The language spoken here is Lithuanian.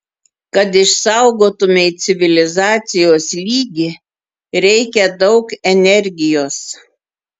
kad išsaugotumei civilizacijos lygį reikia daug energijos